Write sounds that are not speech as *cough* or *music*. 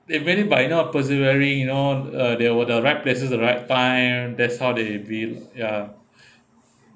they made it by not persevering you know uh they were at the right places the right time that's how they view ya *breath*